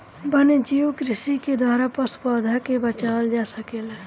वन्यजीव कृषि के द्वारा पशु, पौधा के बचावल जा सकेला